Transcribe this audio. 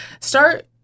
start